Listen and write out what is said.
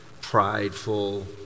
prideful